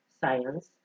science